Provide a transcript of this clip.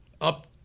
up